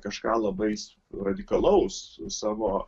kažką labai radikalaus savo